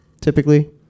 typically